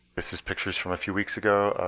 this is pictures from a few weeks ago,